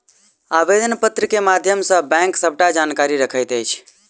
आवेदन पत्र के माध्यम सॅ बैंक सबटा जानकारी रखैत अछि